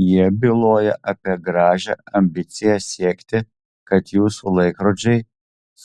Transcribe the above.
jie byloja apie gražią ambiciją siekti kad jūsų laikrodžiai